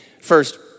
First